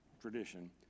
tradition